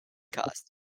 costs